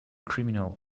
criminal